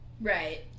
right